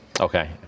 Okay